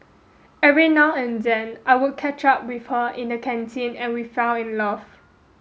every now and then I would catch up with her in the canteen and we fell in love